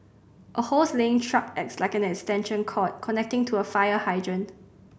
a hose laying truck acts like an extension cord connecting to a fire hydrant